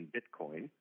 Bitcoin